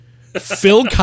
phil